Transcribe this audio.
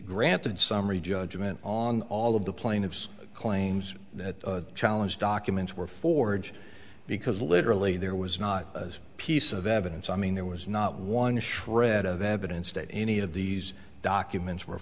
granted summary judgment on all of the plaintiff's claims that challenge documents were forged because literally there was not a piece of evidence i mean there was not one shred of evidence that any of these documents were